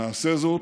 נעשה זאת,